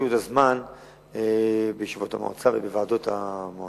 שישקיעו את הזמן בישיבות המועצה ובוועדות המועצה.